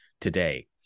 today